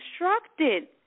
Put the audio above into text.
instructed